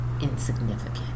insignificant